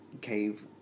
cave